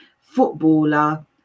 footballer